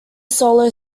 solo